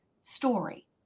story